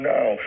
Now